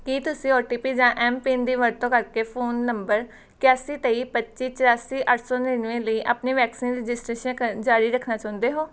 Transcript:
ਕੀ ਤੁਸੀਂ O T P ਜਾਂ M PIN ਦੀ ਵਰਤੋਂ ਕਰਕੇ ਫ਼ੋਨ ਨੰਬਰ ਇਕਿਆਸੀ ਤੇਈ ਪੱਚੀ ਚੌਰਾਸੀ ਅੱਠ ਸੌ ਨੜ੍ਹਿਨਵੇਂ ਲਈ ਆਪਣੀ ਵੈਕਸੀਨ ਰਜਿਸਟ੍ਰੇਸ਼ਨ ਕਰਨ ਜਾਰੀ ਰੱਖਣਾ ਚਾਹੁੰਦੇ ਹੋ